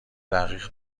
دقیق